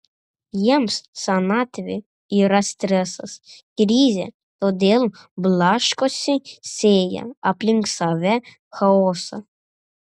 jiems senatvė yra stresas krizė todėl blaškosi sėja aplink save chaosą